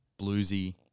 bluesy